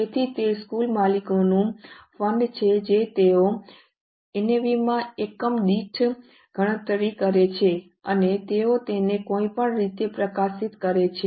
તેથી તે કુલ માલિકોનું ફંડ છે જે તેઓ એનએવીમાં એકમ દીઠ ગણતરી કરે છે અને તેઓ તેને કોઈપણ રીતે પ્રકાશિત કરે છે